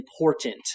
important